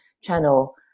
channel